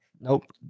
Nope